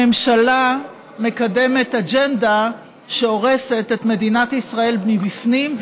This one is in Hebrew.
הממשלה מקדמת אג'נדה שהורסת את מדינת ישראל מבפנים,